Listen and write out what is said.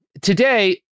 today